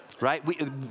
right